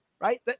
right